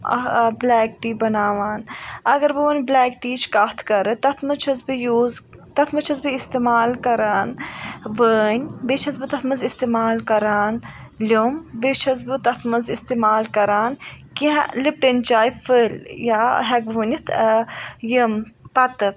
آہ آ black tea بناوان اگر بہٕ وۄںۍ بٕلیک ٹیٖیِچ کَتھ کَرٕ تَتھ منٛز چھس بہٕ یوٗز تَتھ منٛز چھس بہٕ استعمال کَران بٲنۍ بیٚیہِ چھس بہٕ تَتھ منٛز استعمال کَران لٮ۪وٚمب بیٚیہِ چھس بہٕ تَتھ منٛز استعمال کَران کیٚنٛہہ لِپٹَن چاے فٔل یا ہیکہٕ بہٕ ؤنِتھ یِم پَتہٕ